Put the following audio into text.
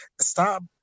Stop